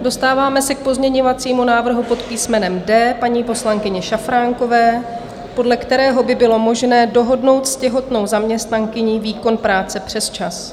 Dostáváme se k pozměňovacímu návrhu pod písmenem D paní poslankyně Šafránkové, podle kterého by bylo možné dohodnout s těhotnou zaměstnankyní výkon práce přesčas.